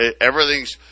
everything's